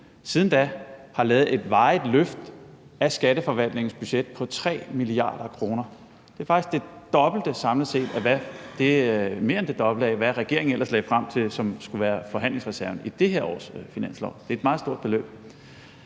siden da, har lavet et varigt løft af skatteforvaltningens budget på 3 mia. kr. Det er faktisk mere end det dobbelte, samlet set, af, hvad regeringen ellers lagde op til skulle være forhandlingsreserven i det her års finanslov. Det er et meget stort beløb.